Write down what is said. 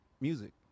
music